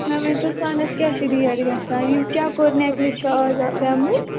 مےٚ ؤنۍ تَو سۄنَس کیٛاہ چھِ ریٹ گژھان یُس چکور نیٚکلیس چھِ اَز پیٚمٕتۍ